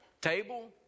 table